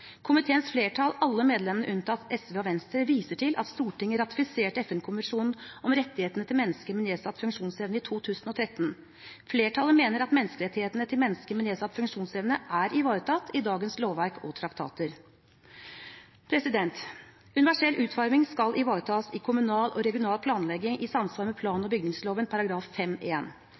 Komiteens flertall, alle medlemmene unntatt SV og Venstre, viser til at Stortinget ratifiserte FN-konvensjonen om rettighetene til mennesker med nedsatt funksjonsevne i 2013. Flertallet mener at menneskerettighetene til mennesker med nedsatt funksjonsevne er ivaretatt i dagens lovverk og traktater. Universell utforming skal ivaretas i kommunal og regional planlegging i samsvar med plan- og bygningsloven